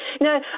No